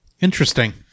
Interesting